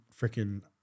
freaking –